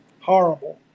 Horrible